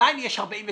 עדיין יש 47,000